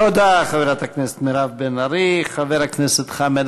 תודה, חברת הכנסת מירב בן ארי.